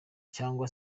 cyangwa